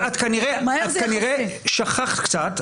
את כנראה שכחת קצת,